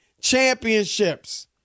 championships